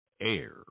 air